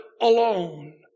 alone